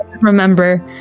remember